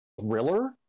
thriller